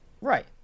Right